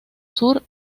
sur